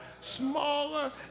smaller